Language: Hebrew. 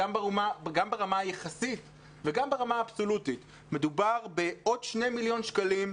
גם ברמה היחסית וגם ברמה האבסולוטית מדובר בעוד שני מיליון שקלים,